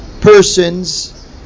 persons